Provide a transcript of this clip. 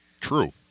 True